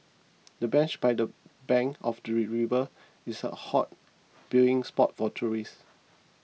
the bench by the bank of the river is a hot viewing spot for tourists